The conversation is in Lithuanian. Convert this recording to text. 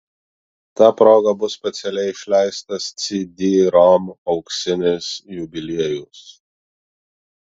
ta proga bus specialiai išleistas cd rom auksinis jubiliejus